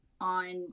on